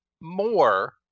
more